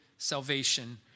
salvation